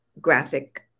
graphic